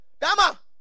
Dama